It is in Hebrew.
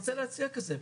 אני רוצה להציע מודל כזה.